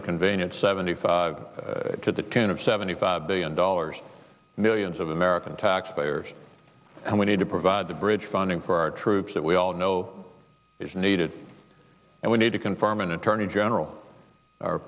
know convenient seventy five could the tune of seventy five billion dollars millions of american taxpayers and we need to provide the bridge funding for our troops that we all know is needed and we need to confirm an attorney general o